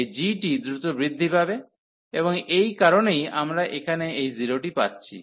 এই g টি দ্রুত বৃদ্ধি পাবে এবং এই কারনেই আমরা এখানে এই 0 টি পাচ্ছি